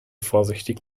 vorsichtig